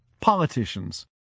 politicians